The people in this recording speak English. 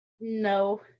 No